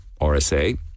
RSA